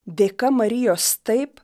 dėka marijos taip